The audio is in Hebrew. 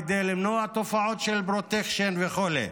כדי למנוע תופעות של פרוטקשן וכו'.